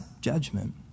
judgment